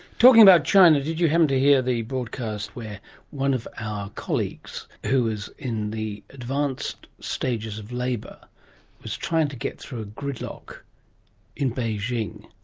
talking about china, did you happen to hear the broadcast where one of our colleagues who was in the advanced stages of labour was trying to get through a gridlock in beijing?